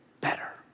better